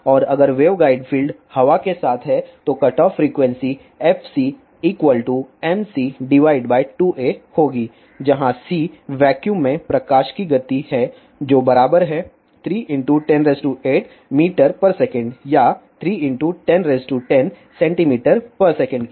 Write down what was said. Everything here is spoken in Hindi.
और अगर वेवगाइड फील्ड हवा के साथ है तो कटऑफ फ्रीक्वेंसी fcmc2aहोगी जहाँ c वैक्यूम में प्रकाश की गति है जो बराबर है 3 ×108m sec या 3 ×1010cm sec के